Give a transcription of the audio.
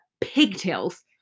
pigtails